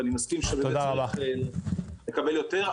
ואני מסכים שצריך לקבל יותר,